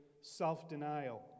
self-denial